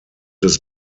des